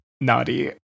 Naughty